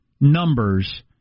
numbers